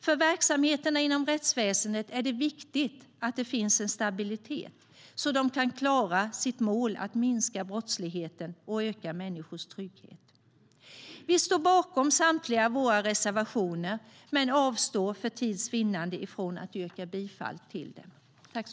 För verksamheterna inom rättsväsendet är det viktigt att det finns stabilitet så att de kan klara sitt mål att minska brottsligheten och öka människors trygghet.